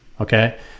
okay